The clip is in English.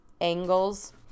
angles